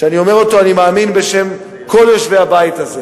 שאני אומר אותו ואני מאמין שבשם כל יושבי הבית הזה,